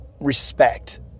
respect